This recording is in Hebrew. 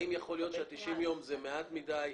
האם יכול להיות שה-90 יום זה מעט מדי,